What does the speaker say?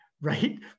right